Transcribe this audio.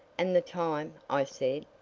and the time? i said.